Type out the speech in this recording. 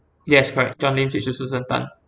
yes correct john Lim switch to susan tan